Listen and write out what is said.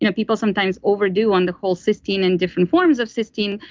you know people sometimes overdo on the whole cystine and different forms of cystine,